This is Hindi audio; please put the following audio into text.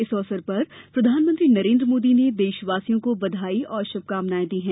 इस अवसर पर प्रधानमंत्री नरेन्द्र मोदी ने देशवासियों को बधाई और श्भकामनाएं दी है